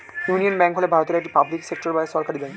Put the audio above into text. union bank হল ভারতের একটি পাবলিক সেক্টর বা সরকারি ব্যাঙ্ক